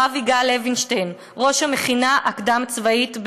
הרב יגאל לוינשטיין, ראש המכינה הקדם-צבאית בעלי.